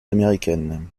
américaines